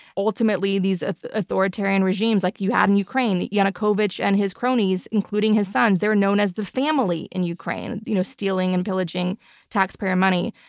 ultimately these authoritarian regimes like you had in ukraine, yanukovych and his cronies, including his sons, they're known as the family in ukraine, you know stealing and pillaging taxpayer money,